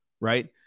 right